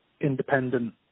independent